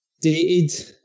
dated